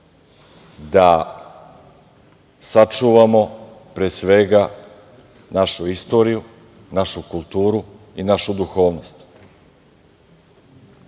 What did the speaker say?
da sačuvamo pre svega našu istoriju, našu kulturu i našu duhovnost.